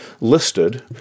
listed